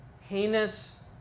heinous